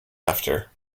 after